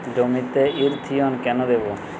জমিতে ইরথিয়ন কেন দেবো?